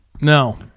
No